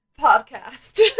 Podcast